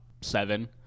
seven